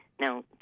Now